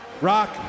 Rock